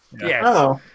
Yes